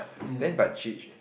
then but she